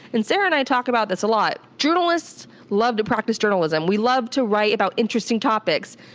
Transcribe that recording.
and sarah and i talk about this a lot. journalists love to practice journalism. we love to write about interesting topics.